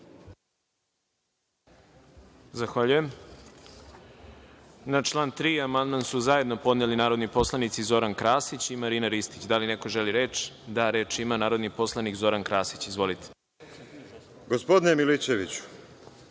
Zahvaljujem. Na član 3. amandman su zajedno podneli narodni poslanici Zoran Krasić i Marina Ristić. Da li neko želi reč? (Da)Reč ima narodni poslanik Zoran Krasić. Izvolite. **Zoran Krasić**